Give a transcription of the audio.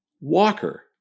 Walker